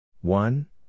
One